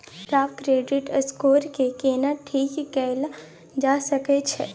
खराब credit score के केना ठीक कैल जा सकै ये?